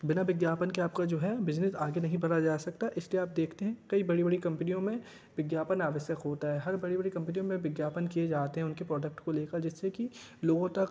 बिना विज्ञापन के आपका जो है बिजनेस आगे नहीं बढ़ाया जा सकता इस लिए आप देखते हैं कई बड़ी बड़ी कंपनियों में विज्ञापन आवश्यक होता है हर बड़ी बड़ी कंपनियों में विज्ञापन किए जाते हैं उनके प्रोडक्ट को ले कर जिससे कि लोगों तक